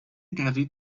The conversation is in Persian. دوید